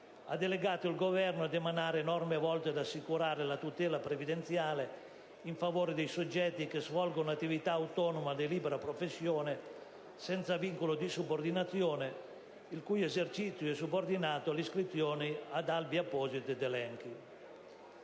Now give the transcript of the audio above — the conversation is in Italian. ha delegato il Governo ad emanare norme volte ad assicurare la tutela previdenziale in favore dei soggetti che svolgono attività autonoma di libera professione senza vincolo di subordinazione il cui esercizio è subordinato all'iscrizione ad appositi albi o elenchi.